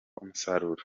umusaruro